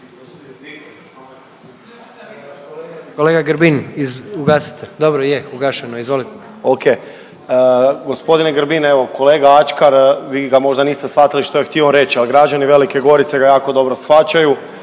Kolega Grbin, ugasite, dobro je, ugašeno je, izvoli. **Okroša, Tomislav (HDZ)** Okej, g. Grbin evo kolega Ačkar, vi ga možda niste shvatili što je htio on reći, ali građani Velike Gorice ga jako dobro shvaćaju